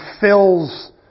fills